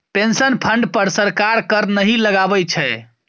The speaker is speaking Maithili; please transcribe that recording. पेंशन फंड पर सरकार कर नहि लगबै छै